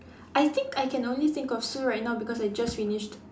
I think I can only think of Sue right now because I just finished